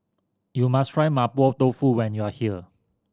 you must try Mapo Tofu when you are here